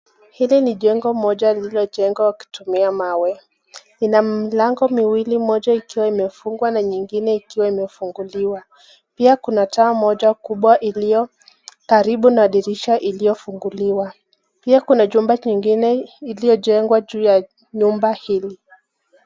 Hili ni jengo moja lililo jengwa wakitumia mawe lina milango miwili, moja ikiwa imefungwa Na ingine ikiwa imefunguliwa, pia Kuna taa moja kubwa iliyo Karibu na dirisha iliyofunguliwa pia kuna jumba lengine iliyo jengwa juu ya nyumba hili.